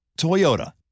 Toyota